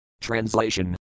Translation